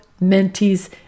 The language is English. mentees